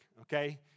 okay